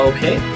Okay